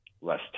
less